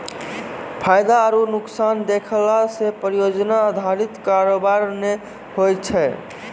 फायदा आरु नुकसान देखला से परियोजना अधारित कारोबार नै होय छै